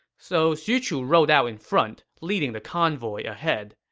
so xu chu rode out in front, leading the convoy ahead.